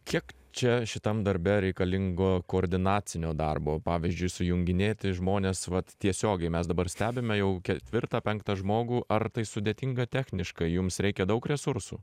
kiek čia šitam darbe reikalingo koordinacinio darbo pavyzdžiui sujunginėti žmones vat tiesiogiai mes dabar stebime jau ketvirtą penktą žmogų ar tai sudėtinga techniškai jums reikia daug resursų